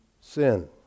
sin